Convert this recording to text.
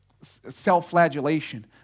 self-flagellation